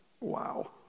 Wow